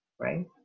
right